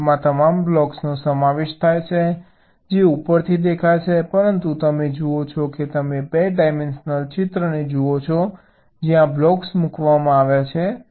ફ્લોરમાં તમામ બ્લોક્સનો સમાવેશ થાય છે જે ઉપરથી દેખાય છે પરંતુ તમે જુઓ છો કે તમે 2 ડાયમેન્શનલ ચિત્રને જુઓ છો જ્યાં બ્લોક્સ મૂકવામાં આવ્યા છે